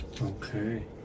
Okay